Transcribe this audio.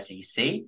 SEC